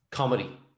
Comedy